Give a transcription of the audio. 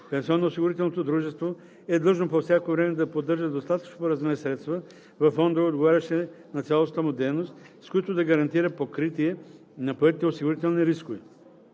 Пенсионноосигурителното дружество е длъжно по всяко време да поддържа достатъчно по размер средства във фонда, отговарящи на цялостната му дейност, с които да гарантира покритие на поетите осигурителни рискове.